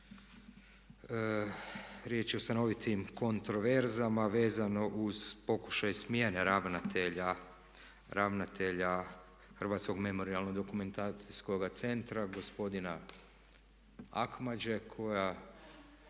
riječ je o stanovitim kontraverzama vezano uz pokušaj smjene ravnatelja Hrvatskog memorijalno-dokumentacijskoga centra gospodina Akmađe koja